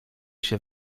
się